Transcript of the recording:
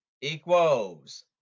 equals